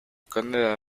conde